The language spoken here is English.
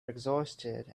exhausted